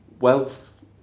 wealth